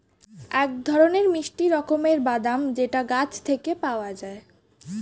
এক ধরনের মিষ্টি রকমের বাদাম যেটা গাছ থেকে পাওয়া যায়